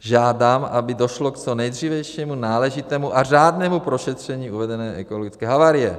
Žádám, aby došlo k co nejdřívějšímu náležitému a řádnému prošetření uvedené ekologické havárie.